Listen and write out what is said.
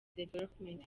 development